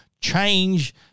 change